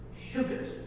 sugars